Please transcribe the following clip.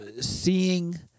Seeing